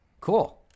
Cool